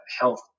health